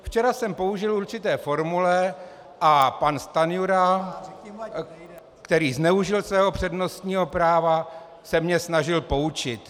Včera jsem použil určité formule a pan Stanjura, který zneužil svého přednostního práva, se mě snažil poučit.